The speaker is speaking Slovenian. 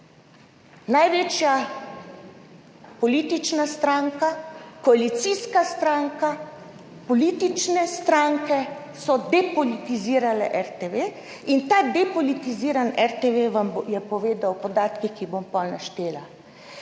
Največja politična stranka, koalicijska stranka, politične stranke so depolitizirale RTV in ta depolitiziran RTV vam je povedal o podatkih, ki jih bom potem naštela.